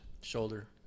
shoulder